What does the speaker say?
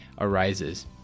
arises